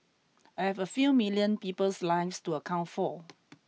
I have a few million people's lives to account for